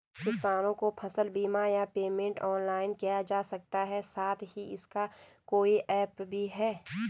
किसानों को फसल बीमा या पेमेंट ऑनलाइन किया जा सकता है साथ ही इसका कोई ऐप भी है?